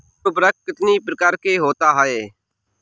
उर्वरक कितनी प्रकार के होता हैं?